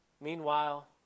Meanwhile